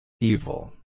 Evil